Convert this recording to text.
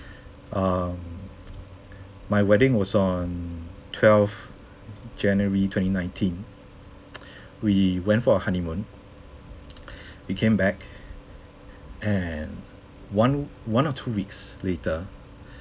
um my wedding was on twelve january twenty nineteen we went for a honeymoon we came back and one one or two weeks later